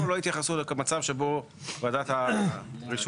פה לא התייחסו למצב שבו וועדת הרישוי